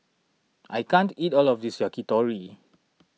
I can't eat all of this Yakitori